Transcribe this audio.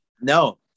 No